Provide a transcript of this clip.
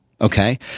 Okay